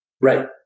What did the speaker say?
Right